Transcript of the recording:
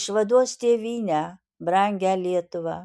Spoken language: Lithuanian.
išvaduos tėvynę brangią lietuvą